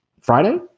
Friday